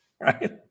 Right